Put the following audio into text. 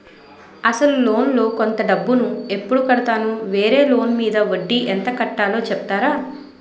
అసలు లోన్ లో కొంత డబ్బు ను ఎప్పుడు కడతాను? వేరే లోన్ మీద వడ్డీ ఎంత కట్తలో చెప్తారా?